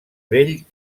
bell